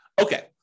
okay